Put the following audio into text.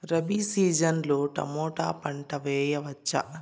Rabi season లో tomato పంట వేయవచ్చా?